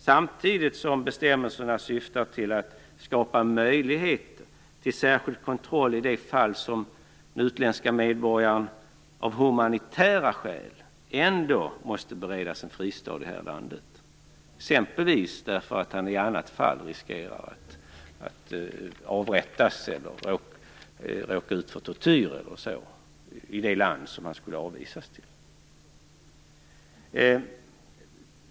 Samtidigt syftar bestämmelserna till att skapa möjligheter till särskild kontroll i de fall en utländsk medborgare av humanitära skäl ändå måste beredas en fristad i det här landet, exempelvis därför att han i annat fall riskerar att avrättas eller råka ut för tortyr i det land han skulle avvisas till.